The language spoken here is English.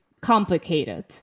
complicated